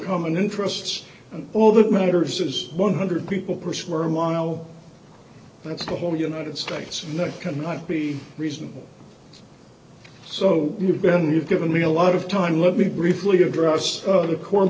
common interests and all that matters is one hundred people per square mile that's the whole united states and that cannot be reasonable so you've been you've given me a lot of time let me briefly address the cor